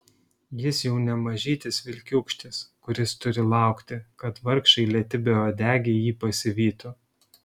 jis jau ne mažytis vilkiūkštis kuris turi laukti kad vargšai lėti beuodegiai ji pasivytų